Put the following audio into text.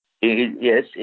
Yes